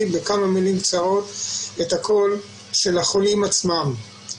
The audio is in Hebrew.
בכמה מילים קצרות את הקול של החולים עצמם.